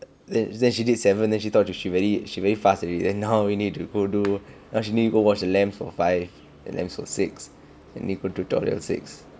then then she did seven then she thought she very she very fast already then now we need to go do now she need to go watch the labs four five and then for six and need do tutorial six